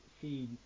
feed